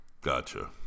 Gotcha